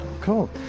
Cool